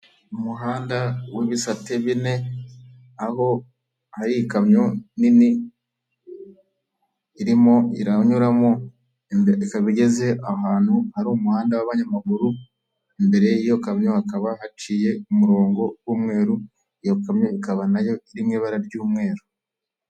Umuhanda w'ibisate bine aho hari ikamyo nini irimo iranyuramo imbere ikaba igeze ahantu hari umuhanda w'abanyamaguru, imbere y'iyo kamyo hakaba haciye umurongo w'umweru, iyo kamyo ikaba nayo iri m'ibara ry'umweru.